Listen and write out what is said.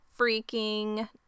freaking